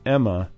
Emma